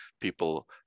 people